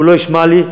הוא לא ישמע לי,